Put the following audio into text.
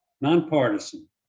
nonpartisan